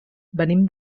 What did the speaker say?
venim